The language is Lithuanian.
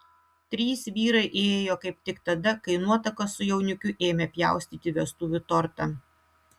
trys vyrai įėjo kaip tik tada kai nuotaka su jaunikiu ėmė pjaustyti vestuvių tortą